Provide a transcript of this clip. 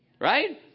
right